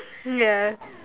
ya